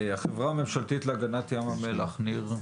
החברה הממשלתית להגנת ים המלח, ניר.